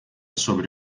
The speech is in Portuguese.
sobre